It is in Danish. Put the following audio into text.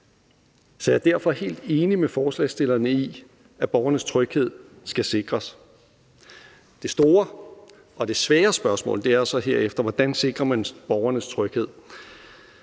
Jeg er derfor helt enig med forslagsstillerne i, at borgernes tryghed skal sikres. Det store og svære spørgsmål er så herefter, hvordan man sikrer borgernes tryghed.